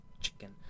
chicken